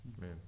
man